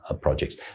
projects